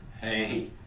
Hey